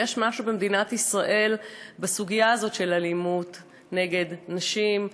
מה שקורה במדינת ישראל בסוגיה הזאת של אלימות נגד נשים,